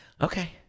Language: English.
Okay